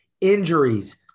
injuries